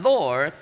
Lord